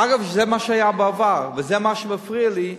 אגב, זה מה שהיה בעבר, וזה מה שמפריע לי,